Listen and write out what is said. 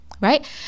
right